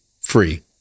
free